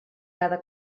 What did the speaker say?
cada